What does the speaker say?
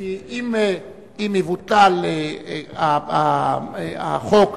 כי אם יבוטל החוק,